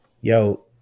yo